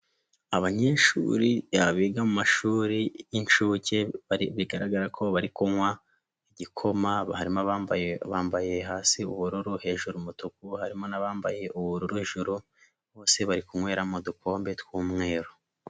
Abanyeshuri biga amashuri y'inshuke, bigaragara ko bari kunywa igikoma, barimo abambaye, bambaye hasi ubururu hejuru umutuku, harimo n'abambaye ubururu hejuru, bose bari kunywera mu dukombe tw'umweru.